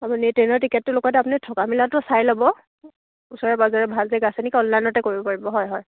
আপুনি ট্ৰেইনৰ টিকটটোৰ লগতে আপুনি থকা মেলাটো চাই ল'ব ওচৰে পাজৰে ভাল জেগা আছেনি অনলাইনতে কৰিব পাৰিব হয় হয়